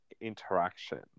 interaction